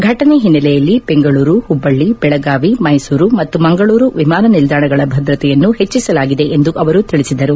ಘಟನೆ ಹಿನ್ನೆಲೆಯಲ್ಲಿ ಬೆಂಗಳೂರು ಹುಬ್ಬಳ್ಳಿ ಬೆಳಗಾವಿ ಮೈಸೂರು ಮತ್ತು ಮಂಗಳೂರು ವಿಮಾನ ನಿಲ್ದಾಣಗಳ ಭದ್ರತೆಯನ್ನು ಹೆಚ್ಚಿಸಲಾಗಿದೆ ಎಂದು ಅವರು ತಿಳಿಸಿದರು